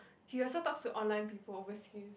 he also talks to online people oversea